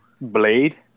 Blade